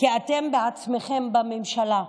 כי אתם בעצמכם, בממשלה,